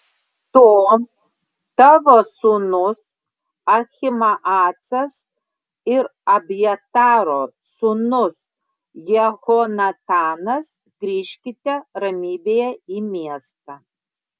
tu tavo sūnus ahimaacas ir abjataro sūnus jehonatanas grįžkite ramybėje į miestą